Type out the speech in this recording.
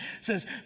says